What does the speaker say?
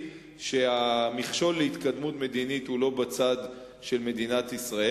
היא שהמכשול להתקדמות מדינית הוא לא בצד של מדינת ישראל